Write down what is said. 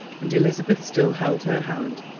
and elizabeth still held her hand.